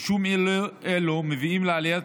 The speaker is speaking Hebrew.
ביקושים אלו מביאים לעלייה